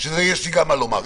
שגם על זה יש לי מה לומר.